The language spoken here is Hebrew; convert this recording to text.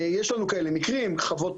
יש לנו מקרים כאלה,